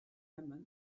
hemen